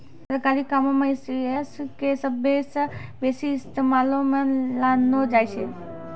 सरकारी कामो मे ई.सी.एस के सभ्भे से बेसी इस्तेमालो मे लानलो जाय छै